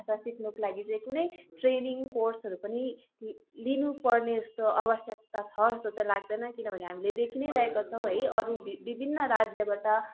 भाषा सिक्नुको लागि चाहिँ कुनै ट्रेनिङ कोर्सहरू पनि लिनु पर्ने जस्तो आवश्यकता छ जस्तो चाहिँ लाग्दैन किनभने हामीले देखी नै रहेका छौँ है अरू विभिन्न राज्यबाट